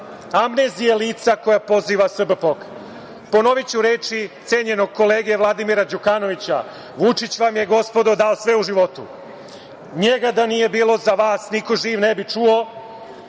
amnezija lica koja poziva SBPOK.Ponoviću reči cenjenog kolege, Vladimira Đukaovića: „Vučić vam je, gospodo, dao sve u životu. Njega da nije bilo za vas niko živ ne bi čuo